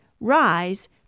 rise